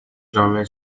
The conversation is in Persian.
جامعه